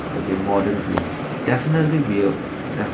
in the modern view definitely we're def~